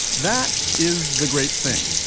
that is the great thing.